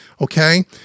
Okay